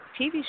TV